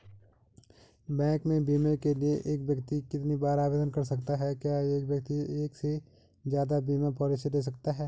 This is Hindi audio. बैंक में बीमे के लिए एक व्यक्ति कितनी बार आवेदन कर सकता है क्या एक व्यक्ति एक से ज़्यादा बीमा पॉलिसी ले सकता है?